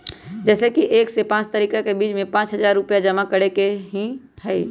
जैसे कि एक से पाँच तारीक के बीज में पाँच हजार रुपया जमा करेके ही हैई?